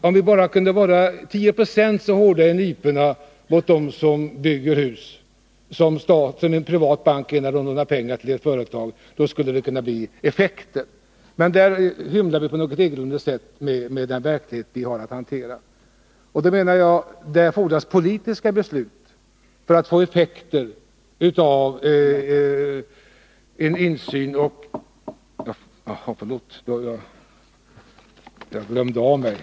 Om vi kunde vara bara tio procent så hårda i nyporna mot dem som bygger hus som en privat bank är när den lånar pengar till ett företag, då skulle det kunna bli effekter. Men det fordras politiska beslut för att vi skall få effekt och insyn i verksamheten.